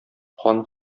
хан